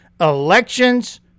elections